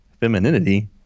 femininity